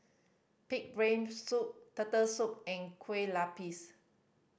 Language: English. pig brain soup Turtle Soup and kue lupis